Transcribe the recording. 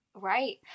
Right